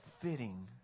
fitting